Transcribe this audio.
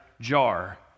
jar